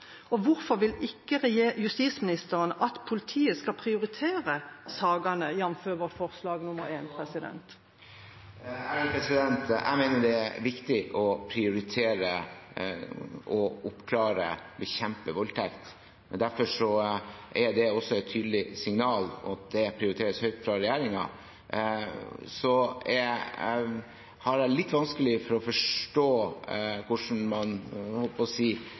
og flere bli dømt. Hvorfor vil ikke justisministeren at politiet skal prioritere sakene, jf. vårt forslag nr. 1? Jeg mener det er viktig å prioritere å oppklare og bekjempe voldtekt, derfor er det også et tydelig signal om at det prioriteres høyt fra regjeringen. Så har jeg litt vanskelig for å forstå hvordan man